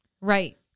Right